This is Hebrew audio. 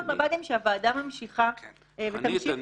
מב"דים שהוועדה ממשיכה ותמשיך --- חנית,